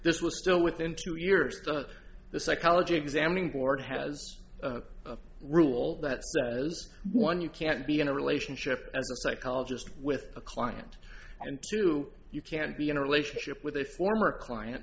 this was still within two years of the psychology examining board has a rule that says one you can't be in a relationship as a psychologist with a client and two you can't be in a relationship with a former client